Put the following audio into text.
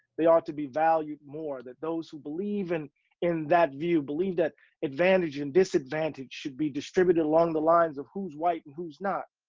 they ought to be valued more that those who believe and in that view, believe that advantage and disadvantage should be distributed along the lines of who's white and who's not.